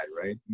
right